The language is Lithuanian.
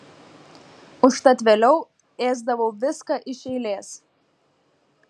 užtat vėliau ėsdavau viską iš eilės